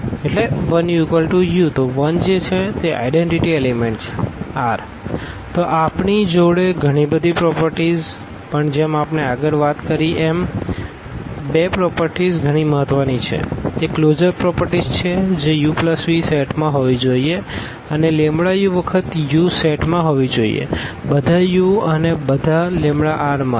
તો આપણી જોડે ગણી બધી પ્રોપરટીઝ પણ જેમ આપણે આગળ વાત કરી એમ બે પ્રોપરટીઝ ગણી મહત્વ ની છે તે કલોઝર પ્રોપરટીઝ છે જે uv સેટમાં હોવી જોઈએ અને u વખત u સેટ માં હોવી જોઈએબધા u અને અને બધા R માંથી